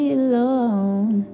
alone